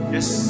Yes